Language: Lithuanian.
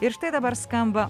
ir štai dabar skamba